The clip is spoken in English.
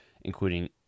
including